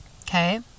okay